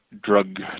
drug